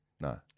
No